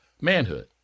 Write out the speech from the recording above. Manhood